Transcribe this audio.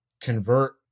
convert